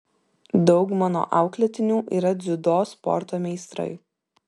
daug mano auklėtinių yra dziudo sporto meistrai